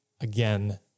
Again